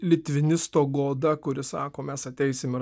litvinisto goda kuri sako mes ateisim ir